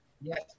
yes